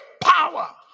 power